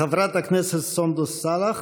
חברת הכנסת סונדוס סאלח,